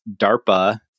DARPA